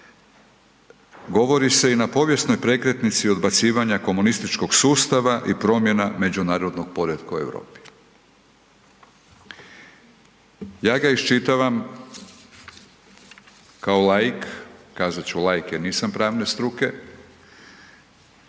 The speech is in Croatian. govori se i na povijesnoj prekretnici odbacivanja komunističkog sustava i promjena međunarodnog poretka u Europi. Ja ga iščitavam kao laik, kazat ću laik jer nisam pravne struke,